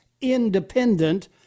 independent